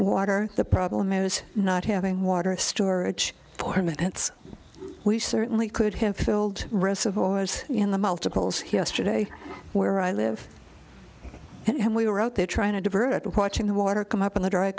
water the problem is not having water storage for minutes we certainly could have filled reservoirs in the multiples here yesterday where i live and we were out there trying to divert watching the water come up in the dry